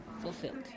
fulfilled